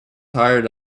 hired